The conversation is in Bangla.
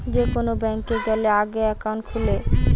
যে কোন ব্যাংকে গ্যালে আগে একাউন্ট খুলে